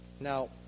now